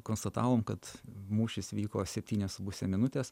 konstatavom kad mūšis vyko septynias su puse minutės